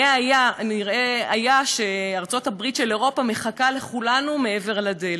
ונראה היה שארצות-הברית של אירופה מחכה לכולנו מעבר לדלת.